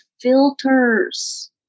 filters